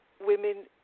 women